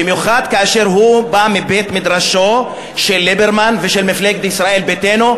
במיוחד כאשר הוא בא מבית המדרש של ליברמן ושל מפלגת ישראל ביתנו,